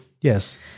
Yes